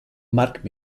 mark